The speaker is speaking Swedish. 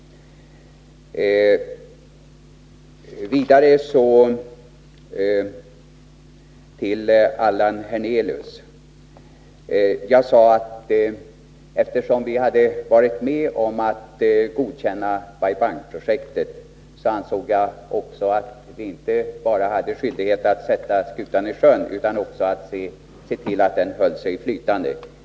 Vidare till Allan Hernelius. Eftersom vi varit med om att godkänna Bai Bang-projektet har vi enligt min mening, som jag sade i mitt anförande, skyldighet inte bara att sätta skutan i sjön utan också att se till att den håller sig flytande.